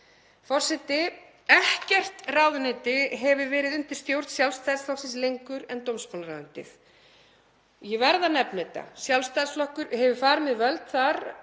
Forseti. Ekkert ráðuneyti hefur verið undir stjórn Sjálfstæðisflokksins lengur en dómsmálaráðuneytið. Ég verð að nefna þetta. Sjálfstæðisflokkur hefur farið með völd þar